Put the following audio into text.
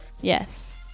Yes